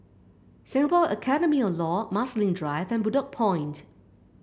Singapore Academy of Law Marsiling Drive and Bedok Point